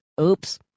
oops